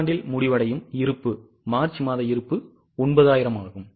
காலாண்டில் முடிவடையும் இருப்பு மார்ச் மாத இருப்பு 9000 ஆகும்